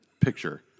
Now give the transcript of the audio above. picture